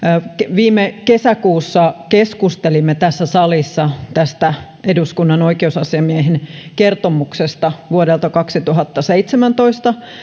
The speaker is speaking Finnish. viime kesäkuussa keskustelimme tässä salissa eduskunnan oikeusasiamiehen kertomuksesta vuodelta kaksituhattaseitsemäntoista